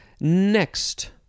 Next